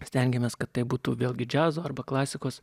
stengiamės kad tai būtų vėlgi džiazo arba klasikos